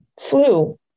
flu